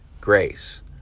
grace